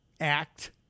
act